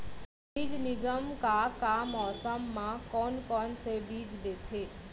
बीज निगम का का मौसम मा, कौन कौन से बीज देथे?